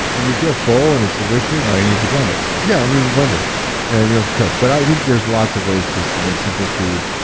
and you feel full, and it's delicious all you need's a blender yeah, all you need's a blender and you know to cook, but i think there's lots of ways to sort of make simple food.